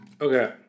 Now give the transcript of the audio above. Okay